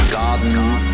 gardens